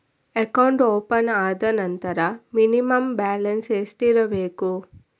Account open ಆದ ನಂತರ minimum balance ಎಷ್ಟಿರಬೇಕು?